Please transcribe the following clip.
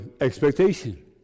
expectation